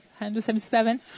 177